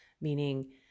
meaning